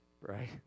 Right